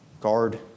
guard